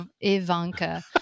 Ivanka